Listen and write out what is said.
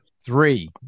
Three